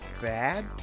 bad